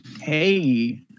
Hey